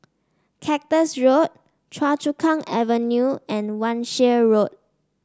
Cactus Road Choa Chu Kang Avenue and Wan Shih Road